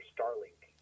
Starlink